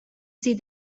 sie